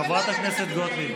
חברת הכנסת גוטליב,